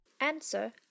Answer